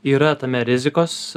yra tame rizikos